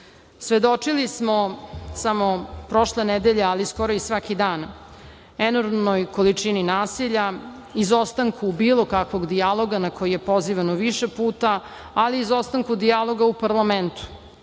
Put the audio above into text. smo samo prošle nedelje, ali skoro i svaki dan enormnoj količini nasilja, izostanku bilo kakvog dijaloga, na koji je pozivano više puta, ali i izostanku dijaloga u parlamentu,